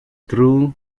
true